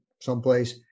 someplace